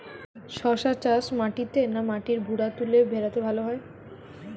শশা চাষ মাটিতে না মাটির ভুরাতুলে ভেরাতে ভালো হয়?